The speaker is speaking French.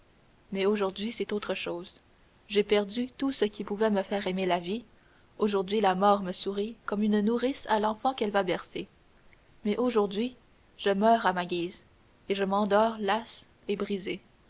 mais aujourd'hui c'est autre chose j'ai perdu tout ce qui pouvait me faire aimer la vie aujourd'hui la mort me sourit comme une nourrice à l'enfant qu'elle va bercer mais aujourd'hui je meurs à ma guise et je m'endors las et brisé